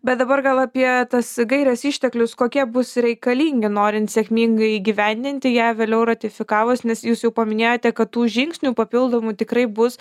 bet dabar gal apie tas gaires išteklius kokie bus reikalingi norint sėkmingai įgyvendinti ją vėliau ratifikavus nes jūs jau paminėjote kad tų žingsnių papildomų tikrai bus